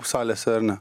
salėse ar ne